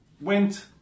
went